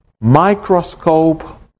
microscope